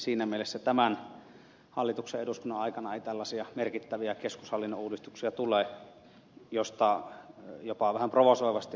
siinä mielessä tämän hallituksen ja eduskunnan aikana ei tällaisia merkittäviä keskushallinnon uudistuksia tule joista jopa vähän provosoivasti ed